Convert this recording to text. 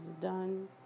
done